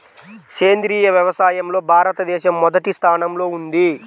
సేంద్రీయ వ్యవసాయంలో భారతదేశం మొదటి స్థానంలో ఉంది